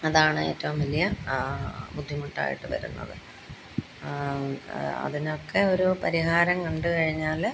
അതാണ് ഏറ്റവും വലിയ ബുദ്ധിമുട്ടായിട്ട് വരുന്നത് അതിനൊക്കെ ഒരു പരിഹാരം കണ്ടുകഴിഞ്ഞാല്